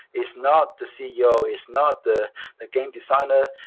it's not the ceo, it's not the the game designer,